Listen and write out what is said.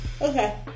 Okay